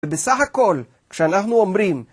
ובסך הכל, כשאנחנו אומרים